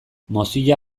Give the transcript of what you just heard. mozilla